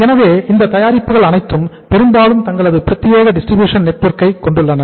எனவே இந்த தயாரிப்புகள் அனைத்தும் பெரும்பாலும் தங்களது பிரத்தியேக டிஸ்ட்ரிபியூஷன் நெட்வொர்க்கை கொண்டுள்ளன